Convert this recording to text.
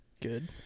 good